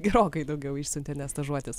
gerokai daugiau išsiuntėme stažuotis